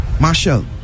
Marshall